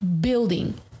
building